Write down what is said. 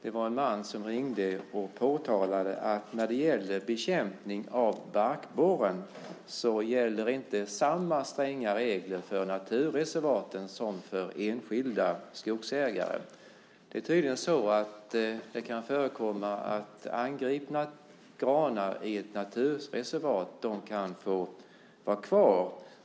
En man ringde och påtalade att när det gäller bekämpning av barkborren gäller inte samma stränga regler för naturreservaten som för enskilda skogsägare. Det kan tydligen förekomma att angripna granar i ett naturreservat kan få vara kvar.